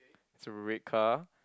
it's a red car